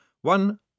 One